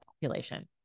population